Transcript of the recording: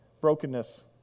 brokenness